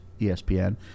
ESPN